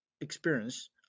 experience